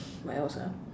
what else ah